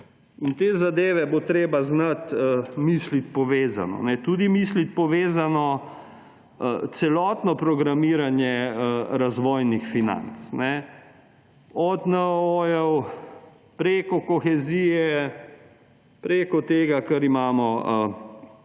In te zadeve bo treba znati misliti povezano. Tudi misliti povezano celotno programiranje razvojnih financ. Od NOO, preko kohezije, preko tega, kar imamo